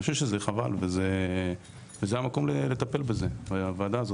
אני חושב שזה חבל וזה המקום לטפל בזה, בוועד הזאת.